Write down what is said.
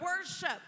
worship